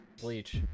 bleach